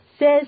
Says